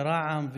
לרע"מ,